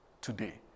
today